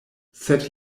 sed